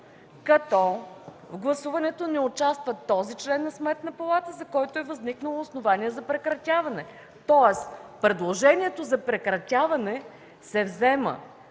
като в гласуването не участва този член на Сметната палата, за който е възникнало основанието за прекратяване. Тоест предложението за прекратяване се взема